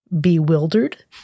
bewildered